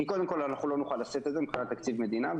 קודם כל לא נוכל לשאת את זה מבחינת תקציב מדינה.